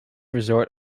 resort